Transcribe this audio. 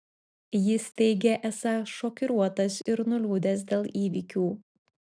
jis teigė esąs šokiruotas ir nuliūdęs dėl įvykių